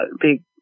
big